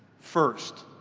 first,